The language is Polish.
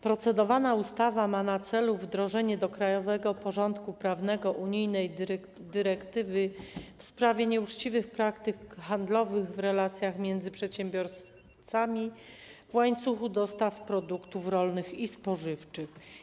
Procedowana ustawa ma na celu wdrożenie do krajowego porządku prawnego unijnej dyrektywy w sprawie nieuczciwych praktyk handlowych w relacjach między przedsiębiorcami w łańcuchu dostaw produktów rolnych i spożywczych.